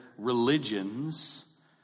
religions